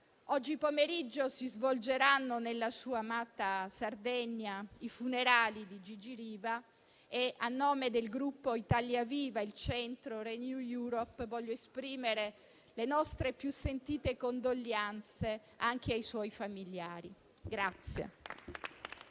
Oggi pomeriggio si svolgeranno nella sua amata Sardegna i funerali di Gigi Riva e, a nome del Gruppo Italia Viva-Il Centro-Renew Europe, esprimo le nostre più sentite condoglianze anche ai suoi familiari.